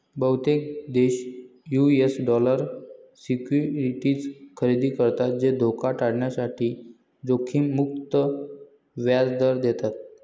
बहुतेक देश US dollar securities खरेदी करतात जे धोका टाळण्यासाठी जोखीम मुक्त व्याज दर देतात